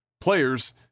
players